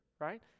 right